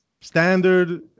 standard